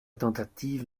tentative